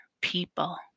people